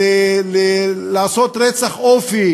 לעשות רצח אופי